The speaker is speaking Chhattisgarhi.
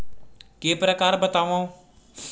के प्रकार बतावव?